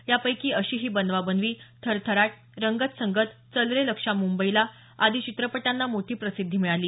यापैकी अशी ही बनवाबनवी थरथराट रंगतसंगत चल रे लक्ष्या मुंबईला आदी चित्रपटांना मोठी प्रसिद्धी मिळाली